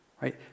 right